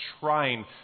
trying